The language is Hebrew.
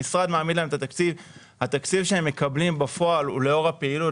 המשרד מעמיד להם את התקציב והתקציב שהם מקבלים בפועל הוא לאור הפעילות.